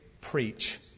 preach